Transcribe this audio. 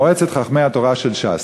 מועצת חכמי התורה של ש"ס.